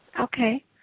Okay